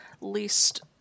least